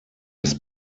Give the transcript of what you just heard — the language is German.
des